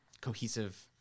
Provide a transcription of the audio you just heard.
cohesive